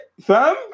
Fam